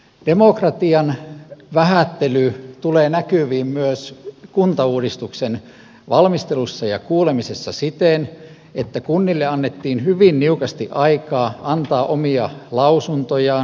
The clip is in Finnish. demokratian vähättely tulee näkyviin myös kuntauudistuksen valmistelussa ja kuulemisessa siten että kunnille annettiin hyvin niukasti aikaa antaa omia lausuntojaan